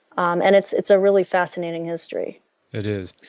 um and it's it's a really fascinating history it is.